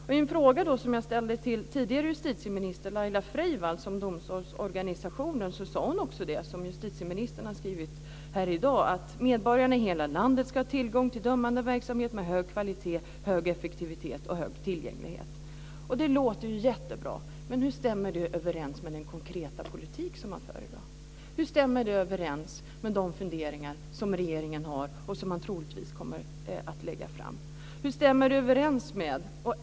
Jag ställde en fråga till tidigare justitieminister Laila Freivalds om domstolsorganisationen. Hon sade också det som justitieministern har skrivit här i dag, nämligen att medborgarna i hela landet ska ha tillgång till dömande verksamhet med hög kvalitet, hög effektivitet och hög tillgänglighet. Det låter ju jättebra, men hur stämmer det överens med den konkreta politik som förs i dag? Hur stämmer det överens med de funderingar som regeringen har, och som man troligtvis kommer att lägga fram förslag om?